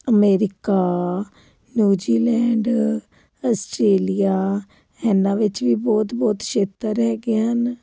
America New Zealand Australia ਇਹਨਾਂ ਵਿੱਚ ਵੀ ਬਹੁਤ ਬਹੁਤ ਸ਼ੇਤਰ ਹੈਗੇ ਹਨ